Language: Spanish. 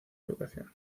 educación